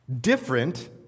Different